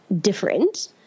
different